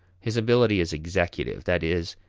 his ability is executive that is,